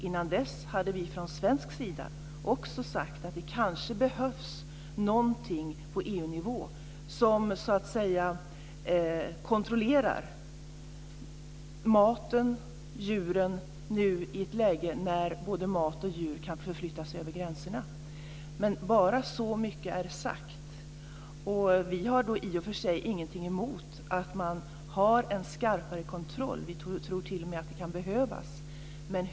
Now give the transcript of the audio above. Innan dess hade vi från svensk sida också sagt att det kanske behövs någonting på EU-nivå som kontrollerar maten, djuren nu i ett läge när både mat och djur kan förflyttas över gränserna. Bara så mycket är sagt. Vi har i och för sig ingenting emot att man har en skarpare kontroll. Vi tror t.o.m. att det kan behövas.